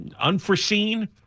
unforeseen